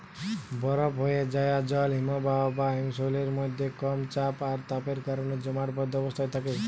বরফ হোয়ে যায়া জল হিমবাহ বা হিমশৈলের মধ্যে কম চাপ আর তাপের কারণে জমাটবদ্ধ অবস্থায় থাকে